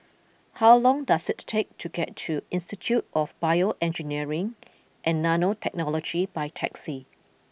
how long does it take to get to Institute of BioEngineering and Nanotechnology by taxi